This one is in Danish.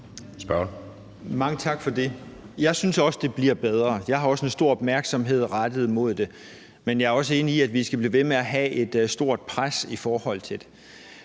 Mange tak for det. Jeg synes også, det bliver bedre; jeg har også en stor opmærksomhed rettet mod det. Men jeg er også enig i, at vi skal blive ved med at have et stort pres i forhold til det.